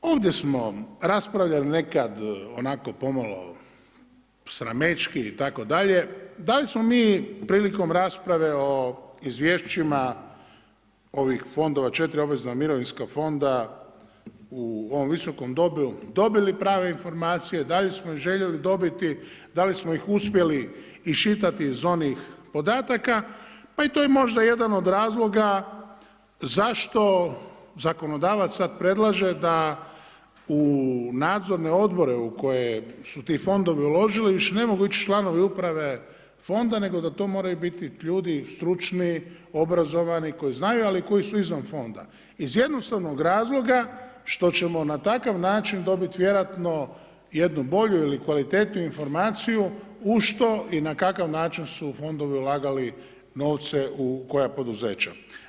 Također, ovdje smo raspravljali nekad onako pomalo sramećki itd., da li smo prilikom rasprave o izvješćima ovih fondova 4 obvezna mirovinska fonda u ovom Viskom domu, dobili prave informacije, da li smo ih željeli dobiti, da li smo ih uspjeli iščitati iz onih podataka, pa i to je možda jedan od razloga zašto zakonodavac sad predlaže da u nadzorne odbore u koje su ti fondovi uložili, više ne mogu ići članovi uprave fonda nego da to moraju biti ljudi stručni, obrazovani, koji znaju ali koji su izvan fonda iz jednostavnog razloga što ćemo na takav način dobiti vjerojatno jedinu bolju ili kvalitetniju informaciju u što i na kakav način su fondovi ulagali novce u koja poduzeća.